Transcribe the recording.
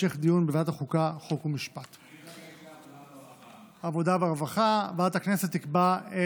התשפ"ב 2022, לוועדה שתקבע ועדת הכנסת נתקבלה.